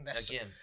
again